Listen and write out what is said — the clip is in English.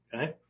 Okay